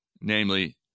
Namely